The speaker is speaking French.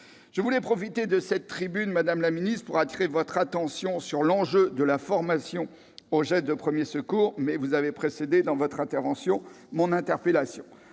Je voulais profiter de cette tribune, madame la secrétaire d'État, pour attirer votre attention sur l'enjeu de la formation aux gestes de premiers secours, mais vous avez précédé, dans votre intervention, mon interpellation.